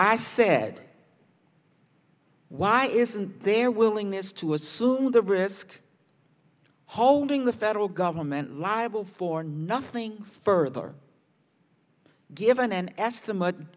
i said why isn't their willingness to assume the risk holding the federal government liable for nothing further given an estimate